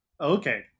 Okay